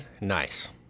Nice